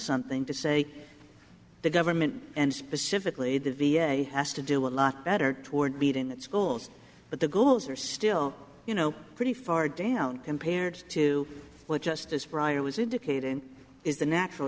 something to say the government and specifically the v a has to do a lot better toward beat in the schools but the goals are still you know pretty far down compared to what justice briar was indicating is the natural